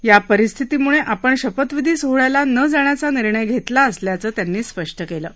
या परिस्थितीमुळं आपण शपथविधी सोहळ्याला न जाण्याचा निर्णय घेतला असल्याचं त्यांनी स्पष्ट केलं आहे